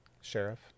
Sheriff